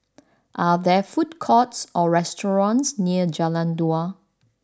are there food courts or restaurants near Jalan Dua